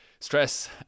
stress